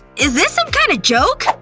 is this some kind of joke?